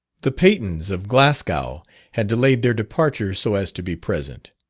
the patons of glasgow had delayed their departure, so as to be present.